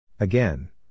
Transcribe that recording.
Again